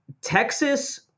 Texas